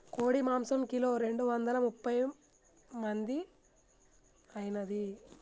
కోడి మాంసం కిలో రెండు వందల ముప్పై మంది ఐనాది